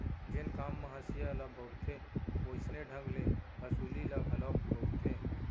जेन काम म हँसिया ल बउरथे वोइसने ढंग ले हँसुली ल घलोक बउरथें